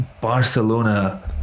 Barcelona